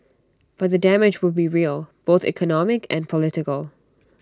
but the damage would be real both economic and political